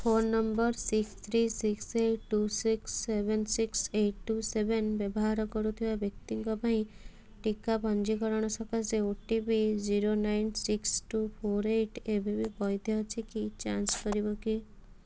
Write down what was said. phone number six three six eight two six seven six eight two seven ବ୍ୟବହାର କରୁଥିବା ବ୍ୟକ୍ତିଙ୍କ ପାଇଁ ଟିକା ପଞ୍ଜୀକରଣ ସକାଶେ OTP zero nine six two four eight ଏବେବି ବୈଧ ଅଛି କି ଯାଞ୍ଚ କରିବ କି